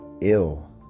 ill